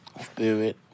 spirit